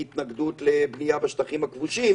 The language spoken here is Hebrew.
התנגדות לבנייה בשטחים הכבושים,